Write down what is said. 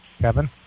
Kevin